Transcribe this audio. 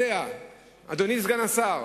אדוני סגן השר,